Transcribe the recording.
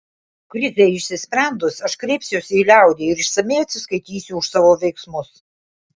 krizei išsisprendus aš kreipsiuosi į liaudį ir išsamiai atsiskaitysiu už savo veiksmus